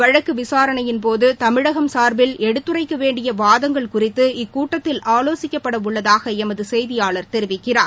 வழக்கு விசாரணையின்போது தமிழகம் சார்பில் எடுத்துரைக்கவேண்டிய வாதங்கள் குறித்து இக்கூட்டத்தில் ஆலோசிக்கப்படவள்ளதாக எமது செய்தியாளர் தெரிவிக்கிறார்